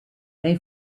they